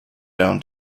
down